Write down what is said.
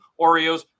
Oreos